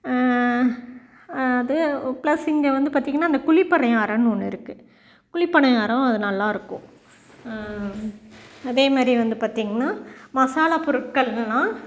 அது ப்ளஸ் இங்கே வந்து பார்த்திங்கன்னா அந்த குழிப்பணியாரம்னு ஒன்று இருக்குது குழிப்பணியாரம் அது நல்லா இருக்கும் அதே மாதிரி வந்து பார்த்திங்கன்னா மசாலாப் பொருட்கள்னால்